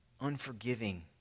unforgiving